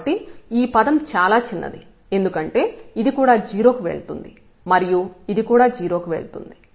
కాబట్టి ఈ పదం చాలా చిన్నది ఎందుకంటే ఇది కూడా 0 కి వెళ్తుంది మరియు ఇది కూడా 0 కి వెళ్తుంది